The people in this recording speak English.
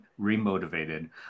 remotivated